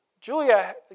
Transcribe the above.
Julia